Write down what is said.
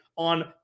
on